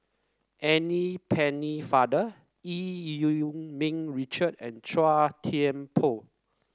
Anne Pennefather Eu Yee Ming Richard and Chua Thian Poh